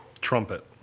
Trumpet